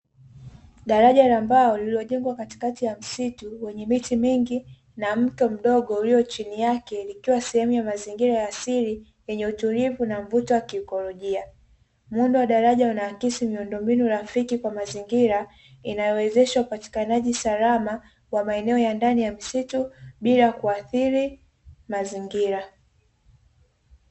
Daraja la mbao, lililojengwa katikati ya msitu wenye miti mingi, na mto mdogo ulio chini yake, ikiwa sehemu ya mazingira asili yenye utulivu na mvuto wa kiikolojia. muundo wa daraja unaakisi miundombinu rafiki kwa mazingira, inayowezesha upatikanaji salama wa maeneo ya ndani ya misitu bila kuathiri mazingira.